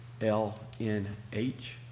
L-N-H